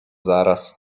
zaraz